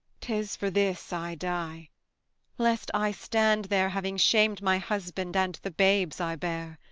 tis for this i die lest i stand there having shamed my husband and the babes i bare.